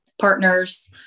partners